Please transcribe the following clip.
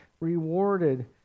rewarded